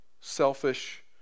Selfish